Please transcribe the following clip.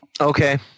Okay